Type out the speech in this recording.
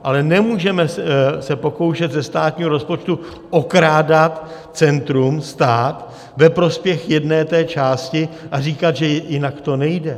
Ale nemůžeme se pokoušet ze státního rozpočtu okrádat centrum, stát, ve prospěch jedné té části a říkat, že jinak to nejde.